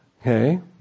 Okay